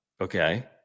okay